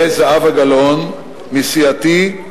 וזהבה גלאון מסיעתי,